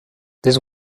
this